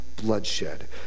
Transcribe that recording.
bloodshed